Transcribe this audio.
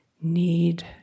need